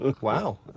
Wow